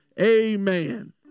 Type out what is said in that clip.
amen